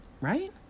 Right